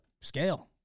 scale